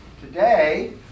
Today